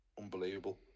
unbelievable